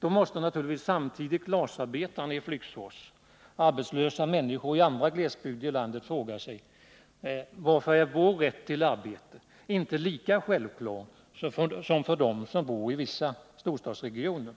Då måste naturligtvis glasarbetarna i Flygsfors och arbetslösa människor i andra glesbygder i landet fråga sig: Varför är rätten till arbete inte lika självklar för oss som för dem som bor i vissa storstadsregioner?